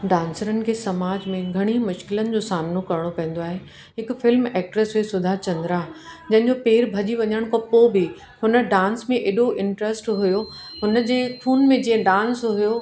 डांसरनि खे समाज में घणी मुश्किलातुनि जो सामिनो करिणो पवंदो आहे हिकु फ़िल्म एक्टर्स हुई सुधा चंद्रां जंहिंजो पेरु भॼी वञण खां पोइ बि हुन डांस में हेॾो इंटरस्ट हुओ हुनजे खून में जीअं डांस हुओ